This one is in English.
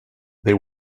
they